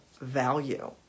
value